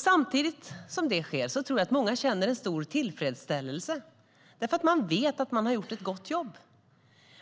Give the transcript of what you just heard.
Samtidigt som det sker tror jag att många känner en stor tillfredsställelse, för man vet att man har gjort ett gott jobb.